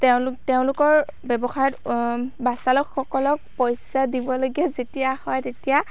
তেওঁলোক তেওঁলোকৰ ব্যৱসায়ত বাছ চালক সকলক পইচা দিবলগীয়া যেতিয়া হয় তেতিয়া